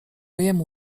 jemu